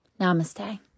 Namaste